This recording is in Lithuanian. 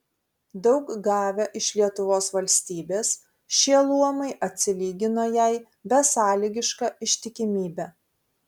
daug gavę iš lietuvos valstybės šie luomai atsilygino jai besąlygiška ištikimybe